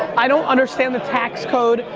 i don't understand the tax code,